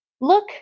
look